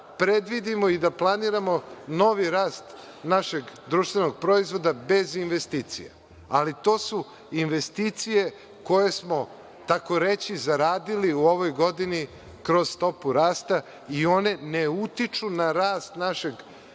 predvidimo i da planiramo novi rast našeg društvenog proizvoda bez investicija, ali to su investicije koje smo takoreći zaradili u ovoj godini kroz stopu rasta i one ne utiču na rast našeg